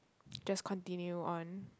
just continue on